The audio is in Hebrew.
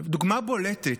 דוגמה בולטת